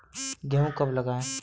गेहूँ कब लगाएँ?